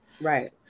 Right